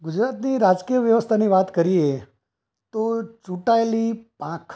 ગુજરાતની રાજકીય વ્યવસ્થાની વાત કરીએ તો ચૂંટાયેલી પાંખ